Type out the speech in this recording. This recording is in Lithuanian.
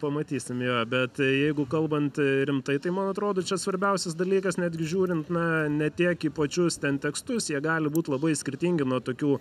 pamatysim jo bet jeigu kalbant rimtai tai man atrodo čia svarbiausias dalykas netgi žiūrint na ne tiek į pačius ten tekstus jie gali būt labai skirtingi nuo tokių